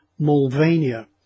Mulvania